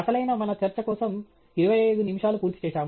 అసలైన మన చర్చ కోసం 25 నిముషాలు పూర్తి చేశాము